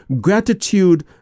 gratitude